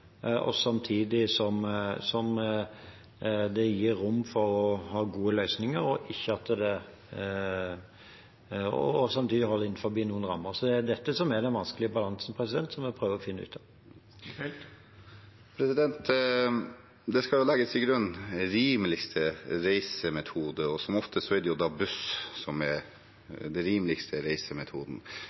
samtidig som det gir rom for å ha gode løsninger og holde det innenfor noen rammer. Det er dette som er den vanskelige balansen vi prøver å finne ut av. Det skal legges til grunn rimeligste reisemetode, og som oftest er det buss som er den rimeligste reisemetoden.